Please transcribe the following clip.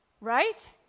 Right